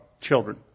children